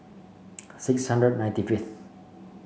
six hundred ninety fifth